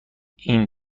این